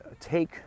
take